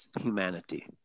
humanity